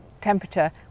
temperature